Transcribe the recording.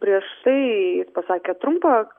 prieš tai jis pasakė trumpą